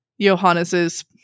Johannes's